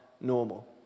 normal